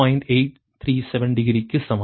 837 டிகிரிக்கு சமம்